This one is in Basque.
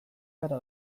gara